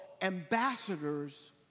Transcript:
ambassadors